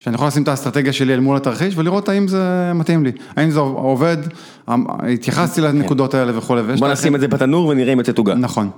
שאני יכול לשים את האסטרטגיה שלי אל מול התרחיש, ולראות האם זה... מתאים לי, האם זה עו-עובד, אמ-התייחסתי לנקודות האלה וכו'. ויש-בוא נשים את זה בתנור ונראה אם יוצאת עוגה. נכון.